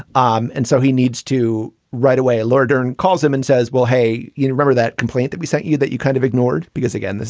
um and so he needs to right away. laura dern calls him and says, well, hey, you remember that complaint that we sent you that you kind of ignored? because, again,